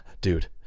dude